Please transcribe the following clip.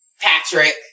Patrick